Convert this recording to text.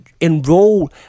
enroll